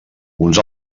uns